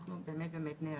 אנחנו באמת באמת נערכים.